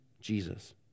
Jesus